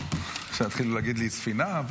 עכשיו התחילו להגיד לי: ספינה,